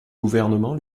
gouvernement